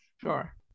Sure